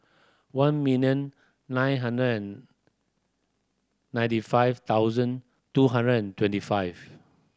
one million nine hundred and ninety five thousand two hundred and twenty five